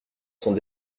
sont